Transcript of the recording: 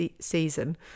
season